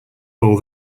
all